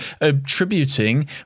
attributing